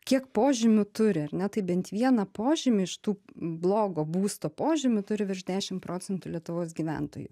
kiek požymių turi ar ne tai bent vieną požymį iš tų blogo būsto požymių turi virš dešim procentų lietuvos gyventojų